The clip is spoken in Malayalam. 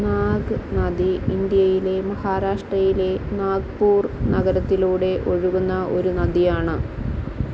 നാഗ് നദി ഇൻഡ്യയിലെ മഹാരാഷ്ട്രയിലെ നാഗ്പൂർ നഗരത്തിലൂടെ ഒഴുകുന്ന ഒരു നദിയാണ്